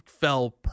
fell